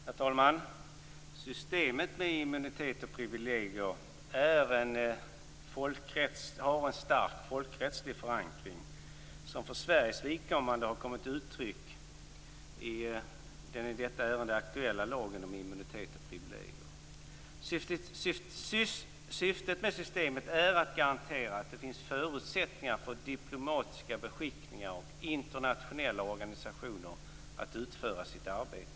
Herr talman! Systemet med immunitet och privilegier har en stark folkrättslig förankring som för svenskt vidkommande har kommit till uttryck i den i detta ärende aktuella lagen om immunitet och privilegier. Syftet med systemet är att garantera att det finns förutsättningar för diplomatiska beskickningar och internationella organisationer att utföra sitt arbete.